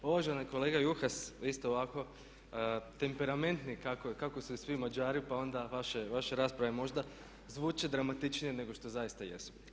Pa uvaženi kolega Juhas, vi ste ovako temperamenti kako su i svi Mađari pa onda vaše rasprave možda zvuče dramatičnije nego što zaista jesu.